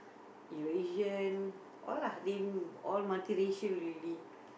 Eurasian all lah they all multiracial already